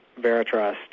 Veritrust